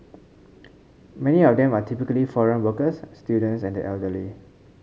many of them are typically foreign workers students and the elderly